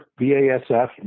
BASF